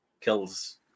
Kills